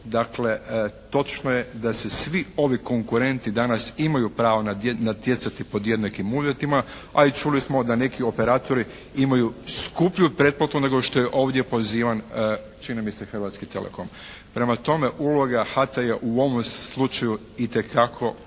dakle točno je da se svi ovi konkurenti danas imaju pravo natjecati pod jednakim uvjetima a i čuli smo da neki operatori imaju skuplju pretplatu nego što je ovdje pozivam čini mi se Hrvatski telekom. Prema tome, uloga HAT-a je u ovome slučaju itekako